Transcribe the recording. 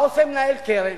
מה עושה מנהל קרן?